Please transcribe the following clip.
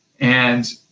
and,